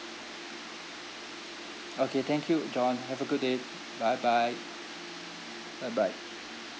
okay thank you john have a good day bye bye bye bye